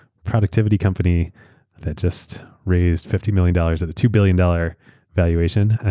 productivity company that just raised fifty million dollars at a two billion dollars valuation,